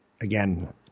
Again